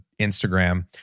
Instagram